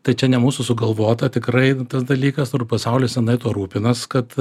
tai čia ne mūsų sugalvota tikrai tas dalykas ir pasaulis senai tuo rūpinas kad